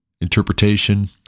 interpretation